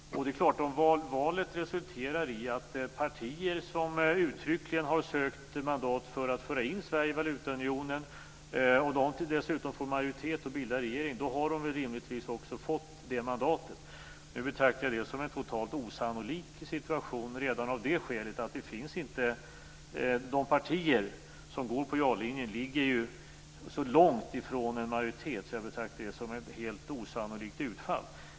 Om valet resulterar i att de partier som uttryckligen har sökt mandat för att föra in Sverige i valutaunionen får majoritet och bildar regering, har de väl rimligtvis också fått det mandatet. Nu betraktar jag det som en totalt osannolik situation redan av det skälet att de partier som går på ja-linjen ligger så långt ifrån en majoritet. Jag betraktar det därför som ett helt osannolikt utfall.